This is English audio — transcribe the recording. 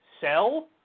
sell